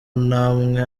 n’amwe